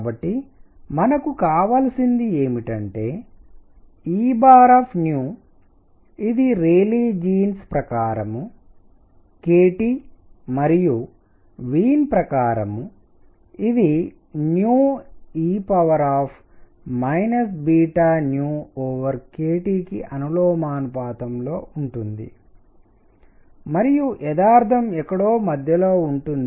కాబట్టి మనకు కావలసింది ఏమిటంటే Eఇది రేలీ జీన్స్ ప్రకారం k T మరియు వీన్ ప్రకారం ఇది e kTకి అనులోమానుపాతంలో ఉంటుంది మరియు యధార్థము ఎక్కడో మధ్యలో ఉంటుంది